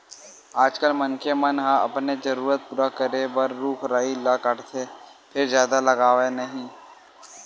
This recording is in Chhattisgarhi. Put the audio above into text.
आजकाल मनखे मन ह अपने जरूरत पूरा करे बर रूख राई ल काटथे फेर जादा लगावय नहि